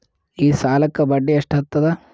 ಈ ಸಾಲಕ್ಕ ಬಡ್ಡಿ ಎಷ್ಟ ಹತ್ತದ?